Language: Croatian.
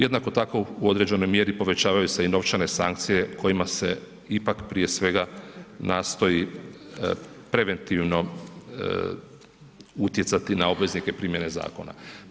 Jednako tako u određenoj mjeri povećavaju se i novčane sankcije kojima se ipak prije svega nastoji preventivno utjecati na obveznike primjene zakona.